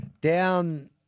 down